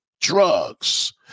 drugs